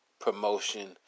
promotion